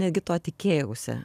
negi to tikėjausi